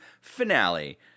finale